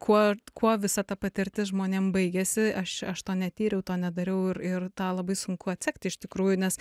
kuo kuo visa ta patirtis žmonėm baigėsi aš aš to netyriau to nedariau ir ir tą labai sunku atsekti iš tikrųjų nes